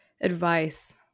advice